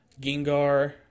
Gengar